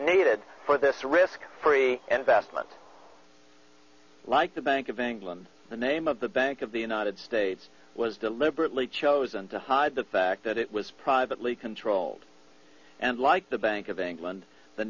needed for this risk free investment like the bank of england the name of the bank of the united states was deliberately chosen to hide the fact that it was privately controlled and like the bank of england the